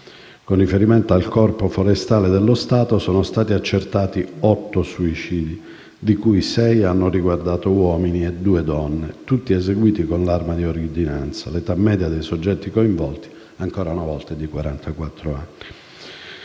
Con riferimento al Corpo forestale dello Stato, sono stati accertati otto suicidi, di cui sei hanno riguardato uomini e due donne, tutti eseguiti con l'arma di ordinanza. L'età media dei soggetti coinvolti è ancora una volta di